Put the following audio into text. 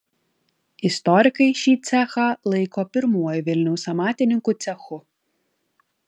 istorikai šį cechą laiko pirmuoju vilniaus amatininkų cechu